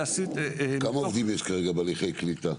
כמה עובדים יש כרגע בתהליכי קליטה?